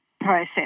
process